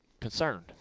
concerned